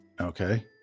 Okay